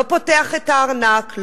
לא פותח את הארנק,